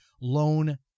loan